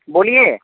बोलिये